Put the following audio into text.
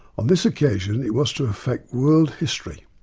on this occasion it was to affect world history.